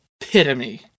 epitome